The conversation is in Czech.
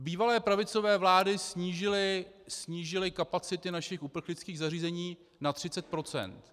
Bývalé pravicové vlády snížily kapacity našich uprchlických zařízení na 30 %.